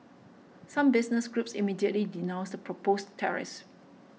some business groups immediately denounced the proposed tariffs